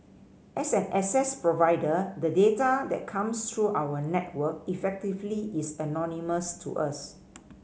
as an access provider the data that comes through our network effectively is anonymous to us